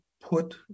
put